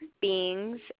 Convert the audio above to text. beings